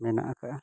ᱢᱮᱱᱟᱜ ᱟᱠᱟᱫᱟ